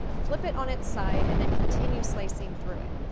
flip it on its side and then continue slicing through it.